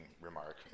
remark